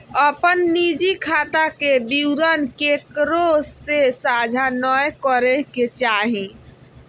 अपन निजी खाता के विवरण केकरो से साझा नय करे के चाही